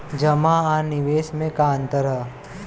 जमा आ निवेश में का अंतर ह?